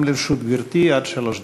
גם לרשות גברתי עד שלוש דקות.